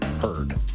heard